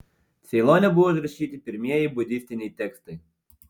ceilone buvo užrašyti pirmieji budistiniai tekstai